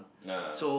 no